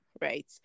Right